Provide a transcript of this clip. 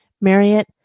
Marriott